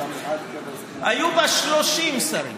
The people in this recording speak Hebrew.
היו בה 30 שרים.